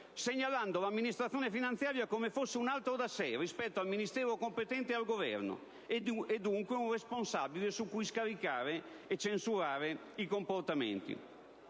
segnalando l'amministrazione finanziaria come fosse un «altro da sé» rispetto al Ministero competente e al Governo, e dunque un responsabile su cui scaricare e censurare i comportamenti,